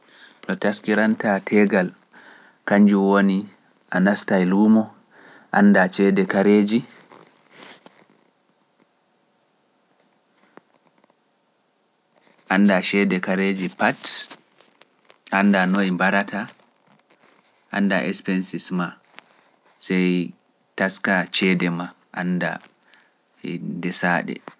No taskiranta teegal, kanjum woni a nasta e luumo, anndaa ceede kareeji, pat, anndaa noye mbarata, anndaa expenses maa, sey taska ceede maa anndaa e desaaɗe.